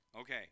Okay